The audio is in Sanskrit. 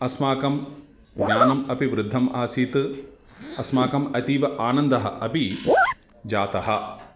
अस्माकं ज्ञानम् अपि वृद्धम् आसीत् अस्माकम् अतीव आनन्दः अपि जातः